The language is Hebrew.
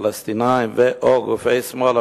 פלסטינים ו/או גופי שמאל,